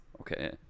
Okay